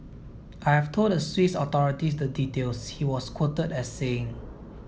I have told the Swiss authorities the details he was quoted as saying